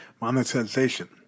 monetization